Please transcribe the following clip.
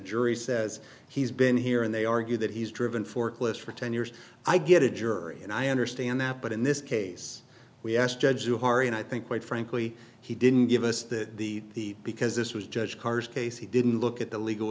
jury says he's been here and they argue that he's driven forklifts for ten years i get a jury and i understand that but in this case we asked judge to hari and i think quite frankly he didn't give us that the because this was judge carr's case he didn't look at the legal